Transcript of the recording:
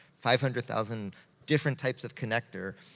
five hundred thousand different types of connector.